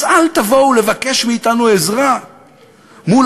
אז אל תבואו לבקש מאתנו עזרה מול